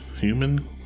human